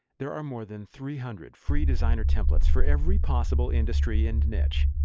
there are more than three hundred free designer templates for every possible industry and niche.